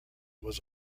was